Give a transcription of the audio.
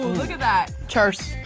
look at that! cheers.